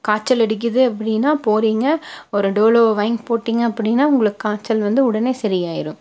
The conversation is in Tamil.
காய்ச்சல் அடிக்கிது அப்படின்னா போறீங்க ஒரு டோலோவை வாங்கி போட்டீங்க அப்படின்னா உங்களுக்கு காய்ச்சல் வந்து உடனே சரியாயிரும்